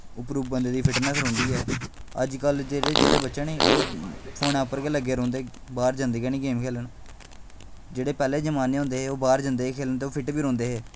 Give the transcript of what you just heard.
उप्परो बंदे दी फिटनैस रौंह्दी ऐ अजकल्ल जेह्ड़े बच्चे नी ओह् फोन उप्पर गै लग्गे रौंह्दे बाह्र जंदे गै निं गेम खेलन जेह्ड़े पैह्लें जमाने होंदे हे ते ओह् बाह्र जंदे हे ते ओह् फिट्ट बी रौंह्दे हे